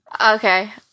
Okay